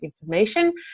information